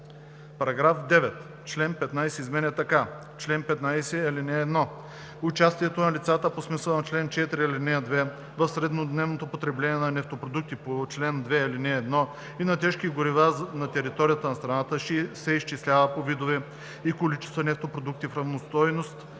1,065. § 9. Член 15 се изменя така: „Чл. 15. (1) Участието на лицата по смисъла на чл. 4, ал. 2 в среднодневното потребление на нефтопродукти по чл. 2, ал. 1 и на тежки горива на територията на страната се изчислява по видове и количества нефтопродукти в равностойност